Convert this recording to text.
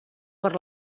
per